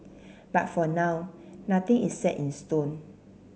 but for now nothing is set in stone